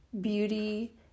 beauty